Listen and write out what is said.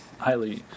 highly